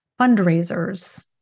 fundraisers